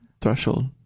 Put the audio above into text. threshold